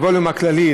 הווליום הכללי,